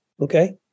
okay